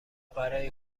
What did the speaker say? برای